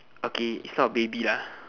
okay it's not a baby lah